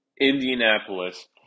Indianapolis